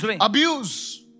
Abuse